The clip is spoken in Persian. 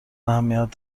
اهمیت